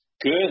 Good